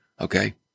Okay